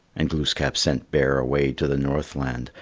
and glooskap sent bear away to the northland,